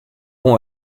ont